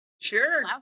Sure